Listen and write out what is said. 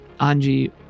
Anji